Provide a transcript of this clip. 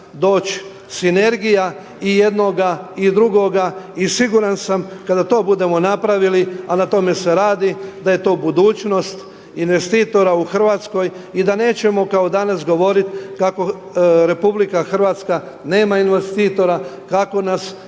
doći sinergija i jednoga i drugoga i siguran sam kada to budemo napravili, a na tome se radi da je to budućnost investitora u Hrvatskoj i da nećemo kao danas govoriti kako RH nema investitora, kako nas